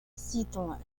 citons